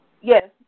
Yes